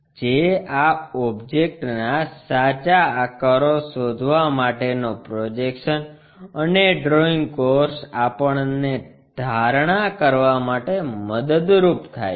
જે આ ઓબ્જેક્ટ ના સાચા આકારો શોધવા માટેનો પ્રોજેક્શન્સ અને ડ્રોઇંગ કોર્સ આપણને ધારણા કરવા માટે મદદરૂપ થાય છે